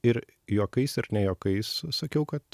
ir juokais ir ne juokais sakiau kad